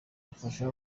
afasha